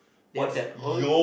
they have that own